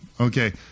okay